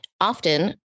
Often